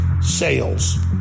sales